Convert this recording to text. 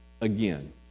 again